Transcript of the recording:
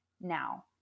Now